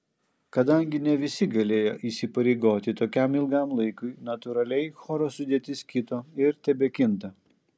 kadangi ne visi galėjo įsipareigoti tokiam ilgam laikui natūraliai choro sudėtis kito ir tebekinta